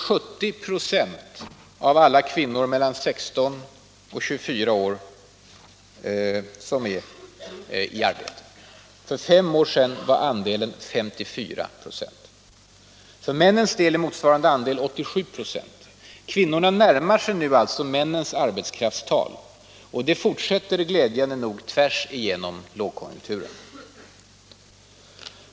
70 96 av alla kvinnor mellan 16 och 24 år är nu i arbete. För fem år sedan var andelen 54 96. För männen är motsvarande andel 87 96. Kvinnorna närmar sig alltså nu männens arbetskraftstal. Och det fortsätter glädjande nog tvärs genom lågkonjunkturen.